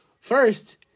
First